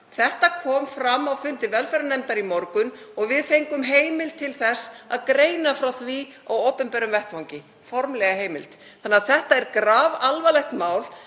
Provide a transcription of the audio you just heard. Þetta kom fram á fundi velferðarnefndar í morgun og við fengum heimild til þess að greina frá því á opinberum vettvangi, formlega heimild. Þetta er grafalvarlegt mál.